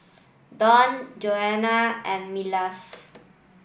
Dawne Joanna and Milas